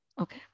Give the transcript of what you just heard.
okay